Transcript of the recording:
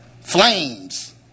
Flames